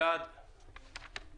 הצבעה אושר.